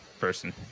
person